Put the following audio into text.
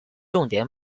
重点